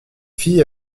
fille